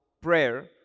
prayer